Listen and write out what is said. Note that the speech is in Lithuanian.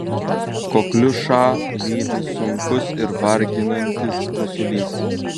kokliušą lydi sunkus ir varginantis kosulys